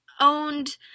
owned